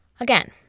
Again